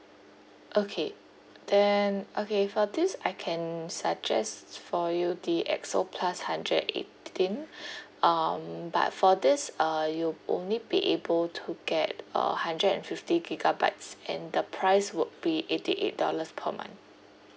okay then okay for this I can suggest for you the X O plus hundred eighteen um but for this uh you'll only be able to get uh hundred and fifty gigabytes and the price would be eighty eight dollars per month